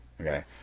Okay